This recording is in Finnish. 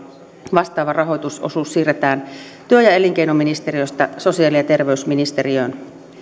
vastaava rahoitusosuus siirretään työ ja elinkeinoministeriöstä sosiaali ja terveysministeriöön